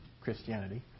Christianity